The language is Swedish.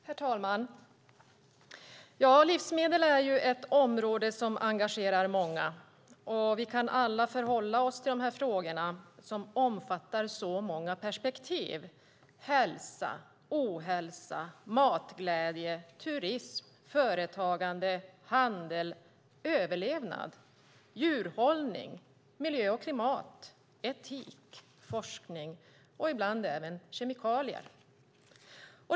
Herr talman! Livsmedel är ett område som engagerar många. Vi kan alla förhålla oss till dessa frågor, som omfattar så många perspektiv: hälsa, ohälsa, matglädje, turism, företagande, handel, överlevnad, djurhållning, miljö och klimat, etik, forskning och ibland även kemikalier.